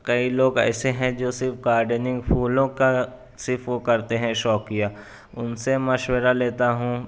کئی لوگ ایسے ہپں جو صرف گارڈنگ پھولوں کا صرف وہ کرتے ہیں شوقیہ ان سے مشورہ لیتا ہوں